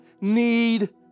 need